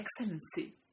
excellency